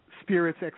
spirits